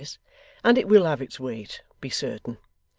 and it will have its weight, be certain.